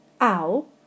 ow